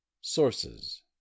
sources